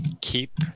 Keep